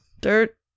dirt